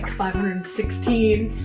five hundred and sixteen